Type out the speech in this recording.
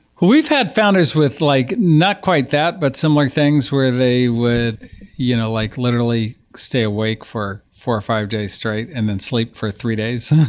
we've had founders with like not quite that, but similar things where they would you know like literally stay awake for four or five days straight and then sleep for three days.